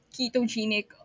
ketogenic